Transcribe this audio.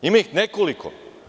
Ima ih nekoliko.